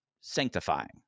sanctifying